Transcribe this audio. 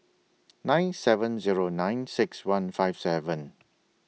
nine seven Zero nine six one five seven